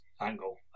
angle